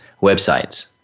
websites